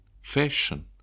fashion